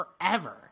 forever